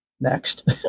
next